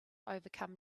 overcome